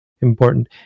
important